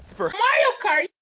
for mario kart